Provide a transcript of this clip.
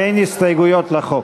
אין הסתייגויות לחוק.